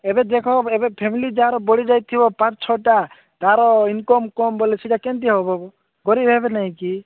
ଏବେ ଦେଖ ଏବେ ଫ୍ୟାମିଲି ଯାହାର ବଢ଼ିଯାଇଥିବ ପାଞ୍ଚ ଛଅଟା ତାର ଇନକମ୍ କମ ବୋଲେ ସେଇଟା କେମିତି ହେବ ଗରିବ ହେବେ ନାହିଁ କି